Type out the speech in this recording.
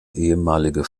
ehemalige